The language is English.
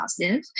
positive